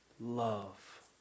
love